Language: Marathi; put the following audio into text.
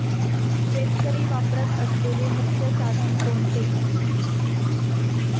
शेतकरी वापरत असलेले मुख्य साधन कोणते?